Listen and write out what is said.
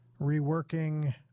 reworking